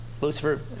Lucifer